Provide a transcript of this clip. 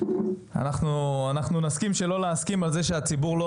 אנחנו נסכים שלא להסכים על זה שהציבור לא